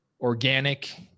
organic